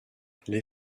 les